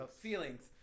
Feelings